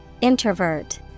Introvert